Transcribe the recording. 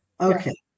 Okay